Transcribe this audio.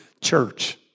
church